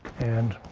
and